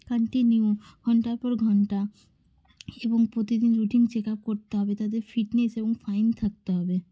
continue ঘন্টার পর ঘন্টা এবং প্রতিদিন রুটিন চেক আপ করতে হবে তাদের ফিটনেস এবং ফাইন থাকতে হবে